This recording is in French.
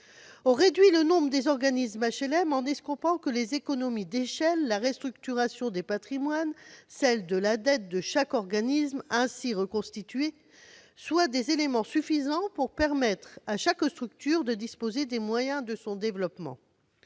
On réduit le nombre des organismes d'HLM en escomptant que les économies d'échelle, la restructuration des patrimoines et celle de la dette de chaque organisme ainsi reconstitué suffisent pour permettre à chaque structure de disposer des moyens de son développement.